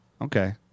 Okay